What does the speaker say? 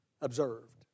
observed